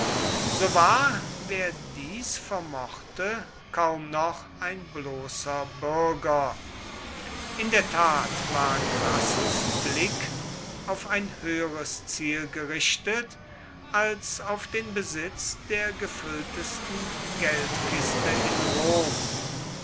so war wer dies vermochte kaum noch ein bloßer bürger in der tat war crassus blick auf ein höheres ziel gerichtet als auf den besitz der gefülltesten geldkiste in rom